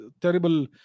terrible